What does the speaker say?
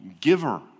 giver